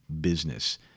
business